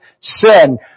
sin